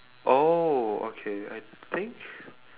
oh okay I think